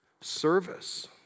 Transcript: service